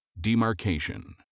Demarcation